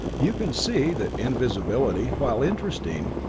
you can see that invisibility, while interesting,